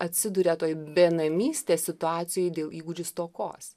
atsiduria toj benamystės situacijoj dėl įgūdžių stokos